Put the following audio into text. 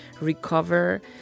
recover